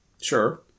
Sure